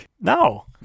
No